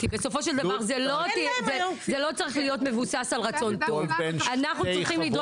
<< יור >> פנינה תמנו (יו"ר הוועדה לקידום